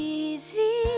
easy